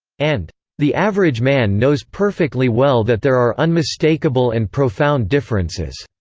and the average man knows perfectly well that there are unmistakable and profound differences